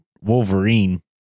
Wolverine